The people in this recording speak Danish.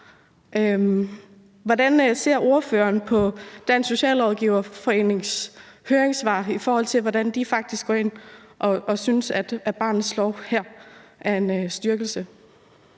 Hvordan ser ordføreren på Dansk Socialrådgiverforenings høringssvar, i forhold til at de faktisk synes, at barnets lov her er en styrkelse?